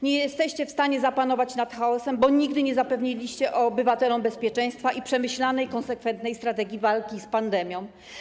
Nie jesteście w stanie zapanować nad chaosem, bo nigdy nie zapewniliście obywatelom bezpieczeństwa i przemyślanej konsekwentnej strategii walki z pandemią.